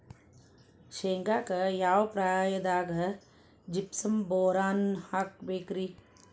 ಶೇಂಗಾಕ್ಕ ಯಾವ ಪ್ರಾಯದಾಗ ಜಿಪ್ಸಂ ಬೋರಾನ್ ಹಾಕಬೇಕ ರಿ?